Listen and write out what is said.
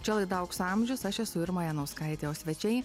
čia laida aukso amžiaus aš esu irma janauskaitė o svečiai